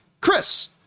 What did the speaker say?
Chris